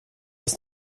aus